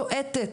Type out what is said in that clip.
שועטת,